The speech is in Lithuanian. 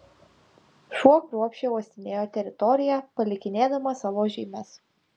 šuo kruopščiai uostinėjo teritoriją palikinėdamas savo žymes